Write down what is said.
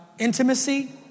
intimacy